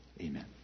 Amen